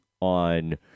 on